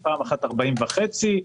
פעם שנייה 40.5 מיליון ש"ח.